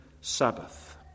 Sabbath